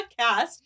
podcast